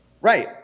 right